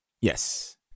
Yes